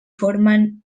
formen